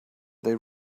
they